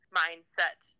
mindset